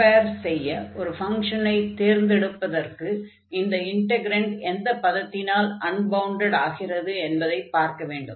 compare செய்ய ஒரு ஃபங்ஷனைத் தேர்ந்தெடுப்பதற்கு அந்த இன்டக்ரன்ட் எந்த பதத்தினால் அன்பவுண்டட் ஆகிறது என்பதைப் பார்க்க வேண்டும்